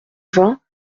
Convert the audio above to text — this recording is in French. vingt